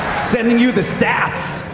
sending you the stats!